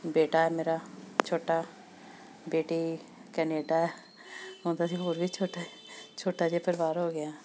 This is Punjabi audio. ਬੇਟਾ ਹੈ ਮੇਰਾ ਛੋਟਾ ਬੇਟੀ ਕੈਨੇਡਾ ਹੈ ਹੁਣ ਤਾਂ ਅਸੀਂ ਹੋਰ ਵੀ ਛੋਟਾ ਛੋਟਾ ਜਿਹਾ ਪਰਿਵਾਰ ਹੋ ਗਿਆ